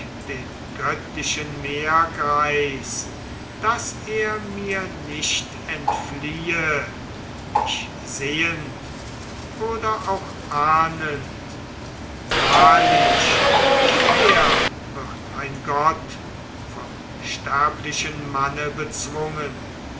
den göttlichen meergreis daß er mir nicht entfliehe mich sehend oder auch ahndend wahrlich schwer wird ein gott vom sterblichen manne bezwungen